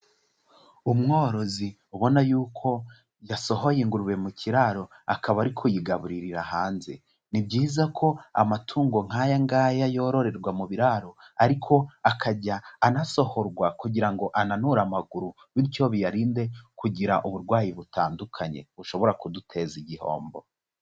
Umworozi ubona yuko yasohoye ingurube mu kiraro, akaba ari kuyigaburira hanze, ni byiza ko amatungo nk'aya ngaya yororerwa mu biraro ariko akajya anasohorwa kugira ngo ananure amaguru, bityo biyarinde kugira uburwayi butandukanye bushobora kuduteza igihombo.